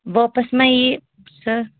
واپس مہ یِی سۄ